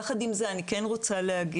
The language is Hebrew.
יחד עם זה אני כן רוצה להגיד